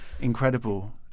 Incredible